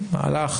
מהלך,